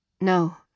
No